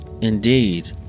Indeed